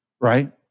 right